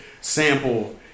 sample